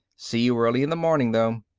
see you early in the morning though.